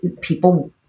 people